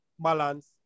balance